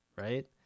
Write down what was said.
Right